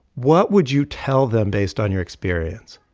what would you tell them based on your experience?